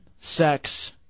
sex